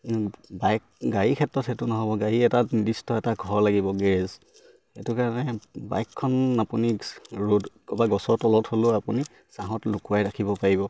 bike গাড়ীৰ ক্ষেত্ৰত সেইটো নহ'ব গাড়ী এটা নিৰ্দিষ্ট এটা ঘৰ লাগিব গেৰেজ সেইটো কাৰণে বাইকখন আপুনি ৰ'দ ক'বা গছৰ তলত হ'লেও আপুনি ছাঁত লুকুৱাই ৰাখিব পাৰিব